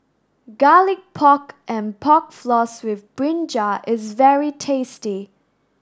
garlic pork and pork floss with brinjal is very tasty